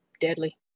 deadly